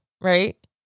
right